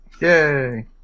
Yay